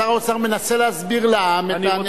שר האוצר מנסה להסביר לעם את הנחיצות של החוק.